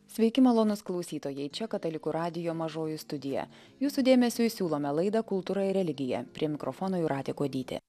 sveiki malonūs klausytojai čia katalikų radijo mažoji studija jūsų dėmesiui siūlome laidą kultūra ir religija prie mikrofono jūratė kuodytė